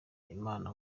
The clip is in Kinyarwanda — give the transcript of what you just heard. imana